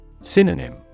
Synonym